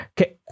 okay